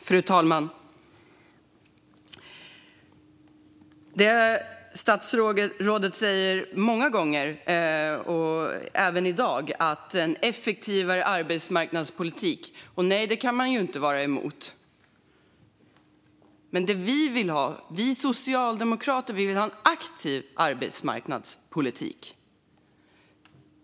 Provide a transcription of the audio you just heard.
Fru talman! Statsrådet talar många gånger, även i dag, om en effektivare arbetsmarknadspolitik. Nej, det kan man inte vara emot. Men vi socialdemokrater vill ha en aktiv arbetsmarknadspolitik.